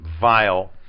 vile